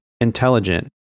intelligent